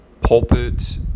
pulpit